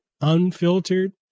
unfiltered